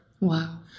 Wow